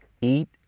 eat